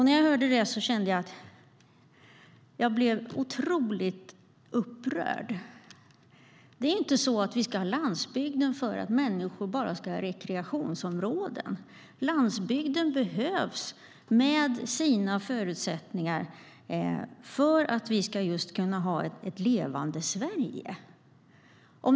När jag hörde det blev jag otroligt upprörd. Landsbygden ska inte finnas bara för att människor ska ha rekreationsområden. Landsbygden med sina förutsättningar behövs för att vi ska kunna ha ett levande Sverige.